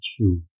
true